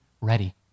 ready